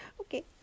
Okay